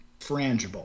Frangible